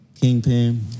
Kingpin